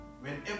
whenever